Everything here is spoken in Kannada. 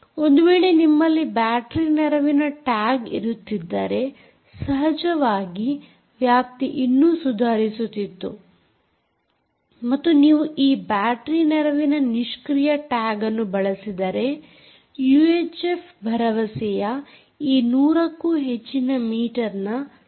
ಒಂದು ವೇಳೆ ನಿಮ್ಮಲ್ಲಿ ಬ್ಯಾಟರೀ ನೆರವಿನ ಟ್ಯಾಗ್ ಇರುತ್ತಿದ್ದರೆ ಸಹಜವಾಗಿ ವ್ಯಾಪ್ತಿ ಇನ್ನೂ ಸುಧಾರಿಸುತ್ತಿತ್ತು ಮತ್ತು ನೀವು ಈ ಬ್ಯಾಟರೀ ನೆರವಿನ ನಿಷ್ಕ್ರಿಯ ಟ್ಯಾಗ್ ಅನ್ನು ಬಳಸಿದರೆ ಯೂಎಚ್ಎಫ್ ಭರವಸೆಯ ಈ 100 ಕ್ಕೂ ಹೆಚ್ಚಿನ ಮೀಟರ್ನ ಸಾಧ್ಯತೆಯಿದೆ